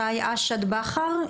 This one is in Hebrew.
שי אשד בכר.